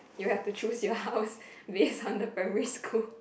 you have to choose your house based on the primary school